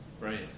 Right